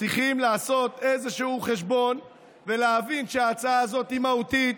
צריכים לעשות איזשהו חשבון ולהבין שההצעה הזאת היא מהותית,